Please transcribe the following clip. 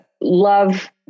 love